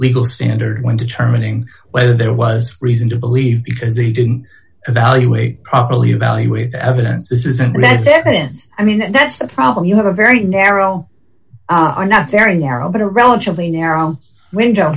legal standard when determining whether there was reason to believe because they didn't evaluate properly evaluate the evidence isn't it i mean that's the problem you have a very narrow are not very narrow but a relatively narrow window